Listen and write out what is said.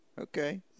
Okay